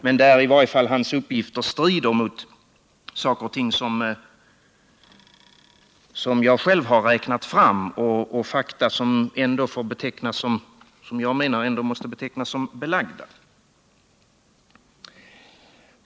Men hans uppgifter strider mot siffror som jag själv har räknat fram och uppgifter som jag menar måste betecknas som belagda.